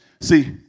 See